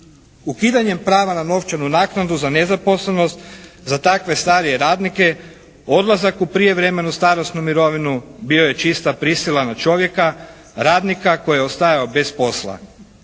Ukidanjem prava na novčanu naknadu za nezaposlenost za takve starije radnike, odlazak u prijevremenu starosnu mirovinu bio je čista prisila na čovjeka radnika koji je ostajao bez posla.